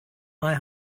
i—i